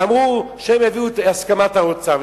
ואמרו שהם הביאו את הסכמת האוצר.